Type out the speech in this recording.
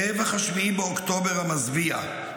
טבח 7 באוקטובר המזוויע,